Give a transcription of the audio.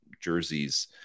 jerseys